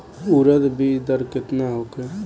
उरद बीज दर केतना होखे?